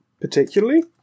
particularly